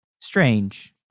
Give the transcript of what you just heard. strange